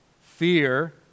fear